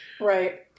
right